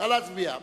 נא להצביע.